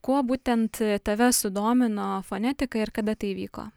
kuo būtent tave sudomino fonetika ir kada tai įvyko